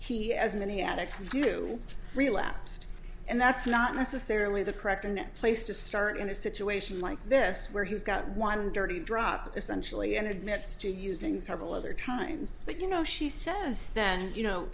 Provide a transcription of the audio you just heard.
he has many addicts do relapsed and that's not necessarily the correct in place to start in a situation like this where he's got one dirty drop essentially and admits to using several other times but you know she says that you know